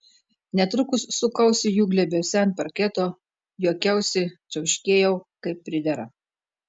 netrukus sukausi jų glėbiuose ant parketo juokiausi čiauškėjau kaip pridera